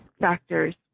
factors